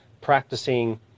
practicing